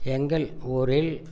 எங்கள் ஊரில்